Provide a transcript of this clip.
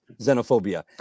Xenophobia